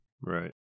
Right